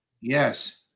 Yes